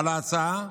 על ההצעה.